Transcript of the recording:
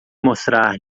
mostrar